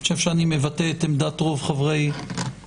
אני חושב שאני מבטא את עמדת רוב חברי הוועדה.